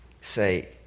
say